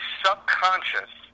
subconscious